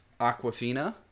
Aquafina